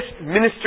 minister